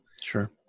Sure